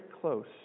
close